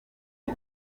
ibi